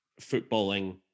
footballing